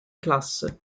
classe